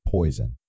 Poison